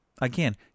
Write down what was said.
again